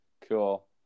cool